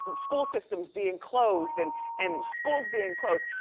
school systems being closed and and schools being closed.